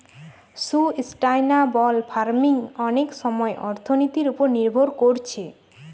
sustainable farming অনেক সময় অর্থনীতির উপর নির্ভর কোরছে